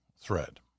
thread